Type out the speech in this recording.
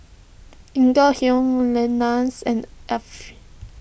Lenas and